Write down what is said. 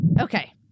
Okay